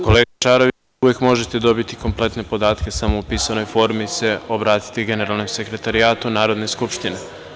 Kolega Šaroviću, uvek možete dobiti kompletne podatke, samo u pisanoj formi se obratite generalnom sekretarijatu Narodne skupštine.